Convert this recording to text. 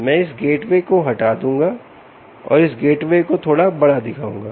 मैं इस गेटवे को हटा दूँगा और इस गेटवे को थोड़ा बड़ा दिखाऊंगा